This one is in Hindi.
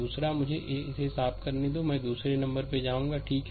दूसरा एक मुझे इसे साफ करने दो मैं दूसरे नंबर पर आऊंगा ठीक है